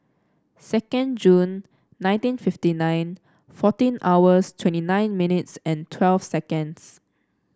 second Jun nineteen fifty nine fourteen hours twenty nine minutes and twelve seconds